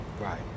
Right